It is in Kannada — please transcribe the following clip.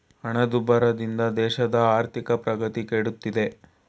ಹಣದುಬ್ಬರದಿಂದ ದೇಶದ ಆರ್ಥಿಕ ಪ್ರಗತಿ ಕೆಡುತ್ತಿದೆ